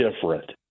different